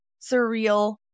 surreal